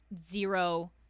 zero